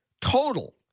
total